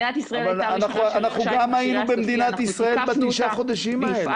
אנחנו גם היינו במדינת ישראל בתשעה החודשים האלה.